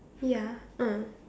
ya uh